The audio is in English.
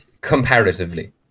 Comparatively